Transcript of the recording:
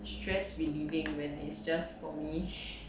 stress relieving when it's just for me